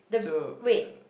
so so